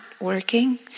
working